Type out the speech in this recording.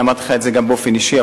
אמרתי לך את זה גם באופן אישי,